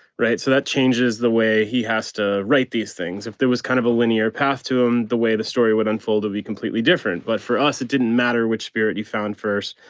right? so that changes the way he has to write these things. if there was kind of a linear path to him, the way the story would unfold would be completely different. but for us it didn't matter which spirit you found first.